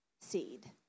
seed